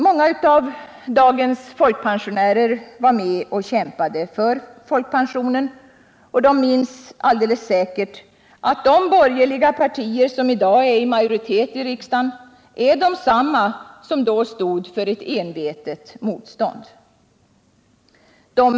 Många av dagens folkpensionärer var med och kämpade för folkpensionen. De minns alldeles säkert att de borgerliga partier som i dag är i majoritet i riksdagen är desamma som stod för ett envetet motstånd då.